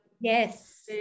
Yes